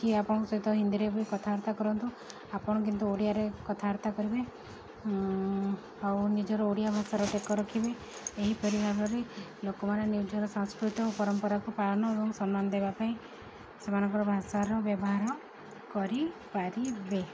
କି ଆପଣଙ୍କ ସହିତ ହିନ୍ଦୀରେ ବି କଥାବାର୍ତ୍ତା କରନ୍ତୁ ଆପଣ କିନ୍ତୁ ଓଡ଼ିଆରେ କଥାବାର୍ତ୍ତା କରିବେ ଆଉ ନିଜର ଓଡ଼ିଆ ଭାଷାର ଟେକ ରଖିବେ ଏହିପରି ଭାବରେ ଲୋକମାନେ ନିଜର ସାଂସ୍କୃତ ଓ ପରମ୍ପରାକୁ ପାଳନ ଏବଂ ସମ୍ମାନ ଦେବା ପାଇଁ ସେମାନଙ୍କର ଭାଷାର ବ୍ୟବହାର କରିପାରିବେ